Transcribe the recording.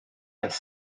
beth